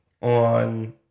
on